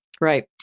Right